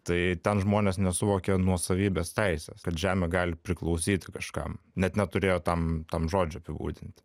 tai ten žmonės nesuvokė nuosavybės teisės kad žemė gali priklausyti kažkam net neturėjo tam tam žodžių apibūdinti